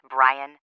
Brian